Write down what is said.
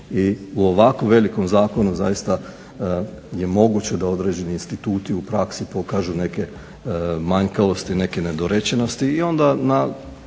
i u ovako velikom zakonu zaista je moguće da određeni instituti u praksi pokažu neke manjkavosti, neke nedorečenosti i onda na